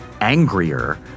angrier